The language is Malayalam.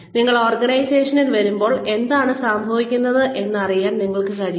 നിങ്ങൾ ഓർഗനൈസേഷനിൽ വരുമ്പോൾ എന്താണ് സംഭവിക്കുന്നതെന്ന് അറിയാൻ നിങ്ങൾക്ക് കഴിയും